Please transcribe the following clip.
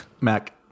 Mac